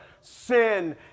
sin